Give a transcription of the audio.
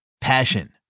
Passion